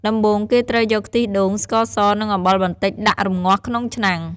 ដំបូងគេត្រូវយកខ្ទិះដូង ស្ករស និងអំបិលបន្តិចដាក់រំងាស់ក្នុងឆ្នាំង។